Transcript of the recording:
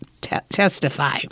testify